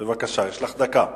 בבקשה, יש לך דקה.